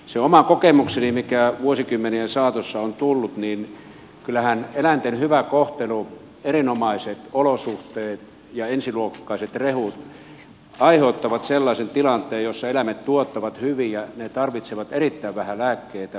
se oma kokemukseni mikä vuosikymmenien saatossa on tullut on että kyllähän eläinten hyvä kohtelu erinomaiset olosuhteet ja ensiluokkaiset rehut aiheuttavat sellaisen tilanteen jossa eläimet tuottavat hyvin ja ne tarvitsevat erittäin vähän lääkkeitä erittäin vähän antibiootteja